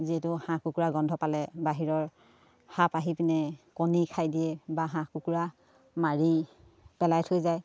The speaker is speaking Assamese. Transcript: যিহেতু হাঁহ কুকুৰা গোন্ধ পালে বাহিৰৰ সাপ আহি পিনে কণী খাই দিয়ে বা হাঁহ কুকুৰা মাৰি পেলাই থৈ যায়